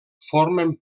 formen